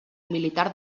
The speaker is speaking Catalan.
militar